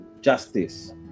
justice